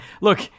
look